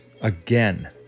again